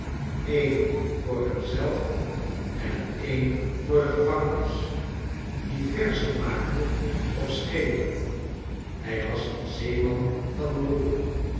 een voor hem zelf en een voor de gevangenis die verzen maakte op schepen hij was een